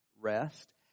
rest